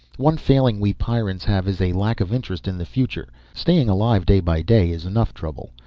one failing we pyrrans have is a lack of interest in the future. staying alive day by day is enough trouble.